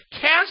Cast